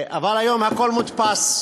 אבל היום הכול מודפס.